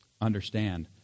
understand